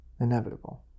inevitable